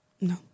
No